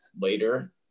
later